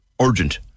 urgent